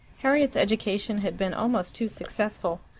harriet's education had been almost too successful.